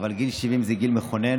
אבל גיל 70 זה גיל מכונן,